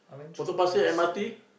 Potong Pasir M_R_T